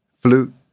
flute